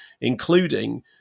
including